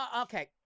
Okay